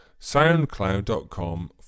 soundcloud.com